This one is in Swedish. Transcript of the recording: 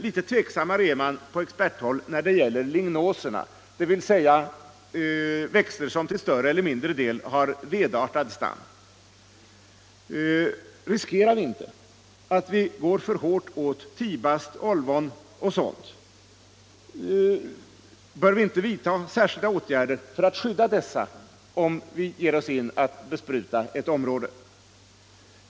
Litet tveksammare är man på experthåll när det gäller lignoserna, dvs. växter som till större eller mindre del har vedartad stam. Riskerar vi inte att gå för hårt åt tibast, olvon och sådana växter? Bör vi inte vidta särskilda åtgärder för att skydda dessa om vi ger oss in på att bespruta ett område där de finns?